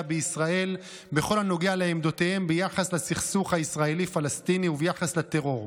בישראל בכל הנוגע לעמדותיהם ביחס לסכסוך הישראלי פלסטיני וביחס לטרור.